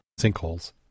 sinkholes